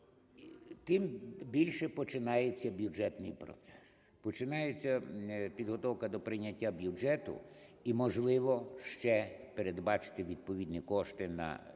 Тим більше починається бюджетний процес, починається підготовка до прийняття бюджету і можливо ще передбачити відповідні кошти на